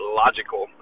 logical